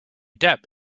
depp